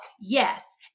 yes